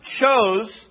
chose